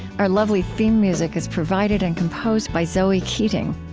our lovely theme music is provided and composed by zoe keating.